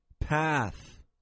Path